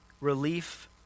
relief